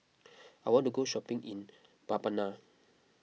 I want to go shopping in Mbabana